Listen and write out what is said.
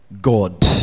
god